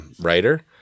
Writer